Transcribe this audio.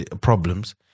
problems